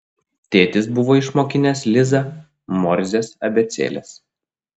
tėtis buvo išmokinęs lizą morzės abėcėlės